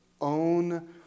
own